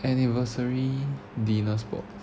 anniversary dinner spot